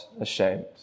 ashamed